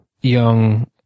young